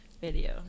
video